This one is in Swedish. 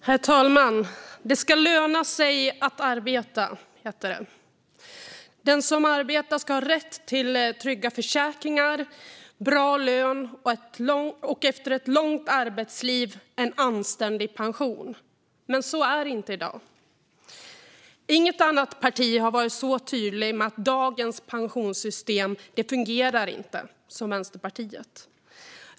Herr talman! Det ska löna sig att arbeta, heter det. Den som arbetar ska ha rätt till trygga försäkringar, bra lön och, efter ett långt arbetsliv, en anständig pension. Men så är det inte i dag. Inget annat parti har varit så tydligt som Vänsterpartiet med att dagens pensionssystem inte fungerar.